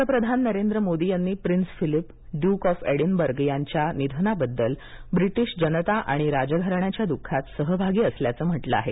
पंतप्रधान नरेंद्र मोदी यांनी prince Philip duke of Edinburgh यांच्या निधनाबद्दल ब्रिटीश जनता आणि राजघराण्याच्या द्ःखात सहभागी असल्याचं म्हटलं आहे